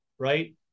right